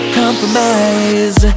compromise